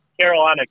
Carolina